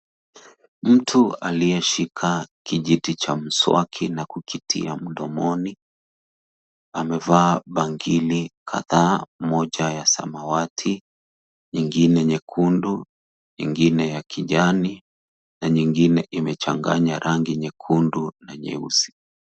Mtu aliyeshika kijiti cha mswaki na kukitia mdomoni amevaa bangili kadhaa moja ya samawati, ingine nyekundu, ingine ya kijani na nyingine imechanganya rangi nyekundu na nyeusi.